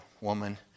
woman